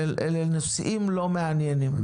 אלה נושאים לא מעניינים.